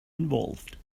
involved